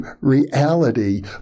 reality